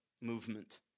movement